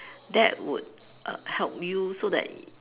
that would help you so that